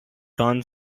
turn